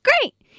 Great